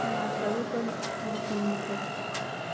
ꯂꯥꯈ ꯇꯔꯨꯛꯀ ꯂꯤꯁꯤꯡ ꯌꯥꯡꯈꯩ